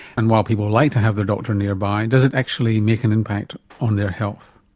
and while people like to have their doctor nearby, and does it actually make an impact on their health?